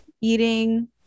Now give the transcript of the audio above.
Eating